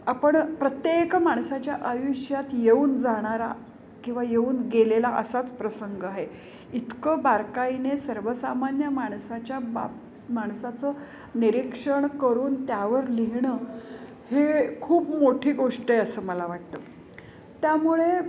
आपण प्रत्येक माणसाच्या आयुष्यात येऊन जाणारा किंवा येऊन गेलेला असाच प्रसंग आहे इतकं बारकाईने सर्वसामान्य माणसाच्या बाब माणसाचं निरीक्षण करून त्यावर लिहिणं हे खूप मोठी गोष्ट आहे असं मला वाटतं त्यामुळे